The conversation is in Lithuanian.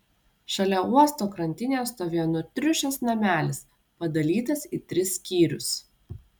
šalia uosto krantinės stovėjo nutriušęs namelis padalytas į tris skyrius